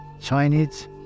Chinese